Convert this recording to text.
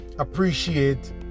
Appreciate